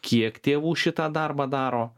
kiek tėvų šitą darbą daro